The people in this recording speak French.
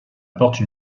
apporte